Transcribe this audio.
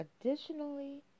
Additionally